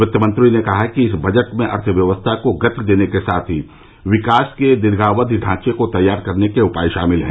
वित्तमंत्री ने कहा कि इस बजट में अर्थव्यवस्था को गति देने के साथ ही विकास के दीर्घावधि ढांचे को तैयार करने के उपाय शामिल हैं